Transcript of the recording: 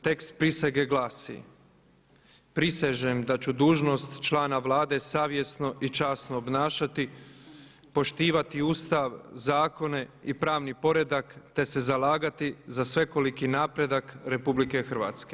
Tekst prisege glasi: Prisežem da ću dužnost člana Vlade savjesno i časno obnašati, poštivati Ustav, zakone i pravni poredak, te se zalagati za svekoliki napredak Republike Hrvatske.